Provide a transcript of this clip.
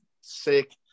sick